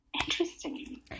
Interesting